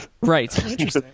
Right